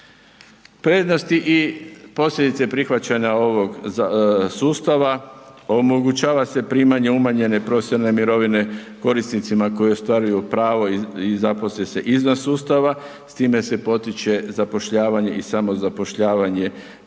Prednosti i posljedice prihvaćanja ovog sustava, omogućava se primanje umanjene profesionalne mirovine korisnicima koji ostvaruju pravo i zaposle se izvan sustava, s time se potiče zapošljavanje i samozapošljavanje